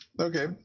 okay